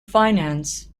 finance